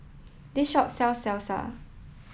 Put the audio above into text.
the shop sells Salsa